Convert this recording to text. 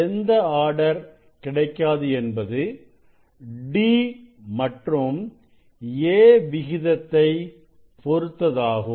எந்த ஆர்டர் கிடைக்காது என்பது d மற்றும் a விகிதத்தை பொருத்ததாகும்